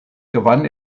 gewann